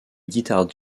guitares